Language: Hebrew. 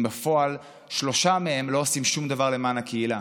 בפועל שלושה מהם לא עושים שום דבר למען הקהילה?